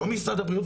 לא ממשרד הבריאות.